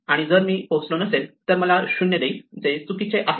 आणि जर मी पोहोचलो नसेल तर हे मला 0 देईल जे चुकीचे आहे